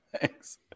Thanks